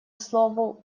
слово